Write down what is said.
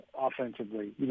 offensively